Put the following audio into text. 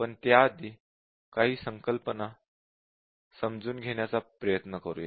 पण त्याआधी काही सोप्या संकल्पना समजून घेण्याचा प्रयत्न करूया